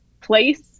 place